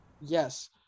yes